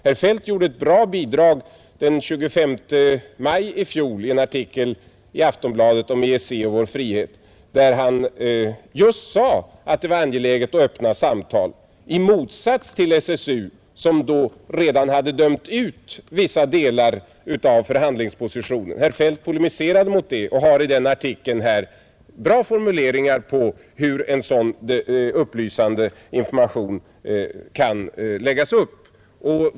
Herr Feldt gjorde ett bra inlägg den 25 maj i fjol i en artikel i Aftonbladet om EEC och vår frihet, där han just sade att det var angeläget att öppna samtal — i motsats till SSU, som då redan hade dömt ut vissa delar av förhandlingspositionen. Herr Feldt polemiserade mot det och har i den här artikeln formuleringar som anger hur en sådan upplysande information lämpligen kan läggas upp.